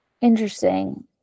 Interesting